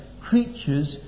creatures